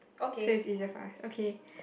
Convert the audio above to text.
so is easier for us okay